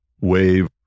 wave